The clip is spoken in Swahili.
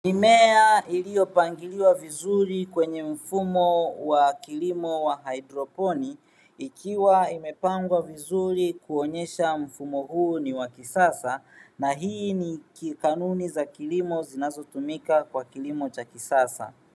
Mimea iliyopangiliwa vizuri kwenye mfumo wa kilimo wa haidroponi, ikiwa imepangwa vizuri kuonyesha mfumo huu ni wa kisasa, na hii ni kanuni za kilimo zinazotumika kwa kilimo cha kisasa.